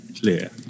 clear